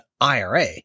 IRA